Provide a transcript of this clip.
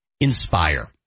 Inspire